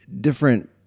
different